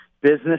Business